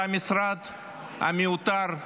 הסיפור כאן זה המשרד המיותר,